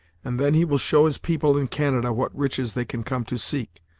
and then he will show his people in canada what riches they can come to seek,